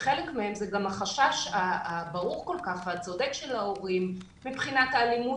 שחלק מהם זה החשש הברור כל כך והצודק של ההורים מבחינת האלימות